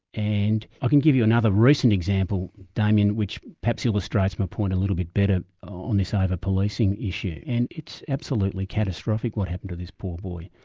and i can give you another recent example, damien, which perhaps illustrates my point a little bit better ah on this ah over-policing issue. and it's absolutely catastrophic what happened to this poor boy.